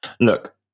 Look